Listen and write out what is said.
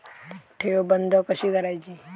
ठेव बंद कशी करायची?